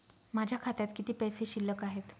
माझ्या खात्यात किती पैसे शिल्लक आहेत?